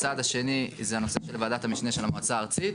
הצעד השני זה הנושא של ועדת המשנה של המועצה הארצית.